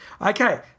Okay